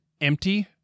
empty